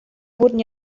wurden